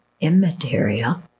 immaterial